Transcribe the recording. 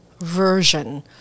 version